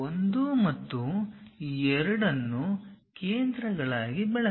1 ಮತ್ತು 2 ಅನ್ನು ಕೇಂದ್ರಗಳಾಗಿ ಬಳಸಿ